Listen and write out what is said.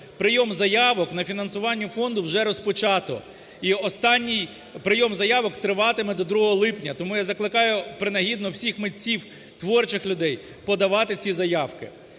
прийом заявок на фінансування фонду вже розпочато. І останній прийом заявок триватиме до 2 липня. Тому я закликаю принагідно всіх митців, творчих людей подавати ці заявки,